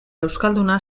euskalduna